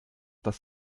das